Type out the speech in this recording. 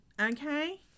okay